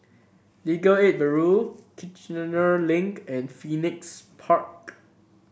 Legal Aid Bureau Kiichener Link and Phoenix Park